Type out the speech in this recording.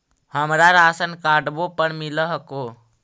हमरा राशनकार्डवो पर मिल हको?